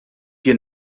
jien